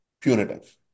punitive